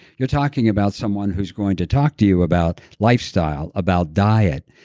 you're talking about someone who's going to talk to you about lifestyle, about diet,